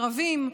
ערבים.